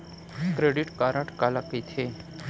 Credit card काला कहिथे?